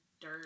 dirt